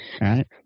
right